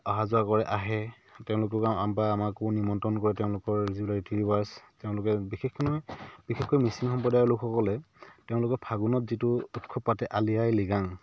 অহা যোৱা কৰে আহে তেওঁলোকে বা আমাকো নিমন্ত্ৰণ কৰে তেওঁলোকৰ যিবিলাক ৰীতি ৰিৱাজ তেওঁলোকে বিশেষ বিশেষকৈ মিচিং সম্প্ৰদায়ৰ লোকসকলে তেওঁলোকে ফাগুনত যিটো উৎসৱ পাতে আলি আঃয়ে লৃগাং